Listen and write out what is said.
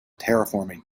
terraforming